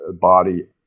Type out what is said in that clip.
body